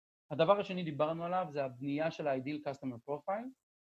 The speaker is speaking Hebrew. הדבר השני, דיברנו עליו זה הבנייה של ideal customer profile